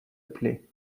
play